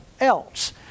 else